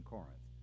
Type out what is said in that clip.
Corinth